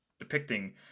depicting